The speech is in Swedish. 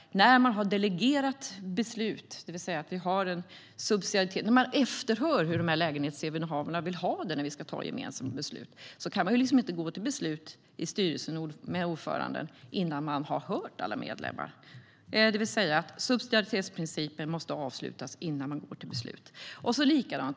När man har delegerat beslut, det vill säga har en subsidiaritet, och när man efterhör hur lägenhetsinnehavarna vill ha det när man ska ta gemensamma beslut, kan man inte gå till beslut i styrelsen med ordföranden innan man har hört alla medlemmar. Subsidiaritetsprincipen måste tillämpas innan man går till beslut. Vi lyfter fram vikten av detta.